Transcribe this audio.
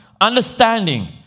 Understanding